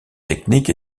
technique